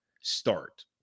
start